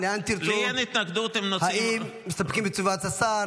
לאן תרצו --- לי אין התנגדות אם --- האם מסתפקים בתשובת השר?